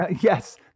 yes